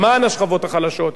למען השכבות החלשות,